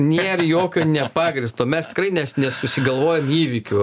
nėr jokio nepagrįsto mes tikrai nes nesusigalvojam įvykių